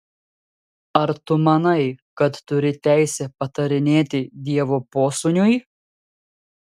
ar tu manai kad turi teisę patarinėti dievo posūniui